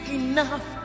enough